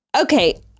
okay